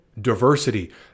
diversity